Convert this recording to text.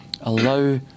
allow